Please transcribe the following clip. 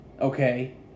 Okay